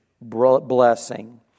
blessing